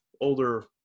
older